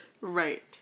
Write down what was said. Right